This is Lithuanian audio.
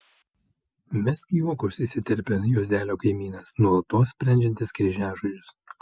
mesk juokus įsiterpia juozelio kaimynas nuolatos sprendžiantis kryžiažodžius